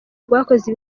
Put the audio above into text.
rwakoze